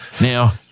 Now